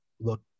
look